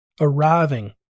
arriving